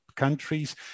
countries